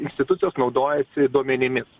institucijos naudojasi duomenimis